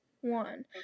One